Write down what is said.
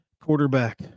quarterback